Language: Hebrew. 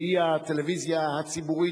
שהיא הטלוויזיה הציבורית,